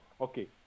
okay